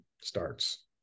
starts